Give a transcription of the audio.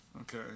okay